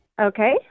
Okay